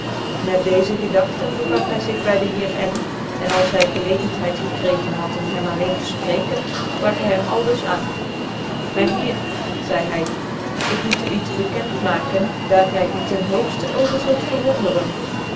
met deeze gedagten begaf hy zig by de heer n t en als hy gclcgcnthcid gekreegen had om hem alleen te fprecken fprak hy hem aldus aan myn heer zcide hy ik moet u iets bekend maken daar gy u ten hoogftcn over zult verwonderen